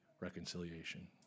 reconciliation